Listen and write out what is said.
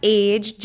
age